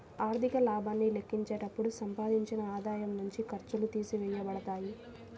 ఆర్థిక లాభాన్ని లెక్కించేటప్పుడు సంపాదించిన ఆదాయం నుండి ఖర్చులు తీసివేయబడతాయి